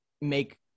make